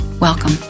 Welcome